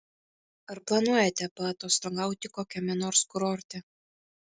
ar planuojate paatostogauti kokiame nors kurorte